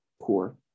poor